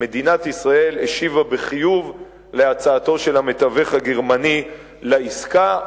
מדינת ישראל השיבה בחיוב על הצעתו של המתווך הגרמני לעסקה.